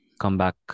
comeback